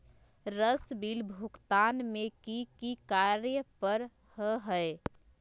Sir bill भुगतान में की की कार्य पर हहै?